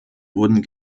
wurden